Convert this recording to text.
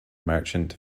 merchant